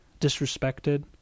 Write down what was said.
disrespected